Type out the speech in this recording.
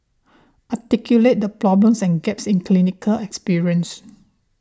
articulate the problems and gaps in clinical experience